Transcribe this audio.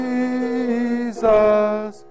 Jesus